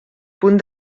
punt